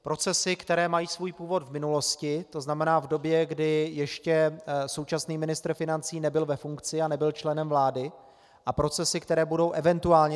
Procesy, které mají svůj původ v minulosti, tzn. v době, kdy ještě současný ministr financí nebyl ve funkci a nebyl členem vlády, a procesy, které budou event.